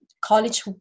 college